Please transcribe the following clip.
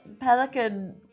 pelican